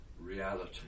reality